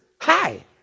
Hi